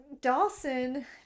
Dawson